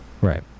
right